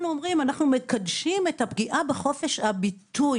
אומרים שאנחנו מקדשים את הפגיעה בחופש הביטוי.